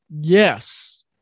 Yes